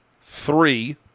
three